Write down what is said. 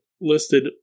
listed